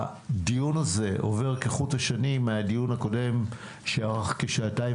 הדיון הזה עובר כחוט השני מהדיון הקודם שארך כשעתיים